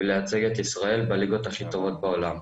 ולייצג את ישראל בליגות הכי טובות בעולם.